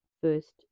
first